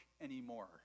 anymore